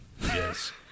yes